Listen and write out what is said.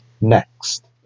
next